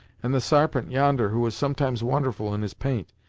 and the sarpent, yonder, who is sometimes wonderful in his paint,